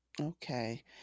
Okay